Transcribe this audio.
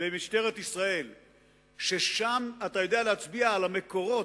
במשטרת ישראל שבו אתה יודע להצביע על המקורות,